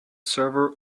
server